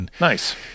Nice